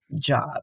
job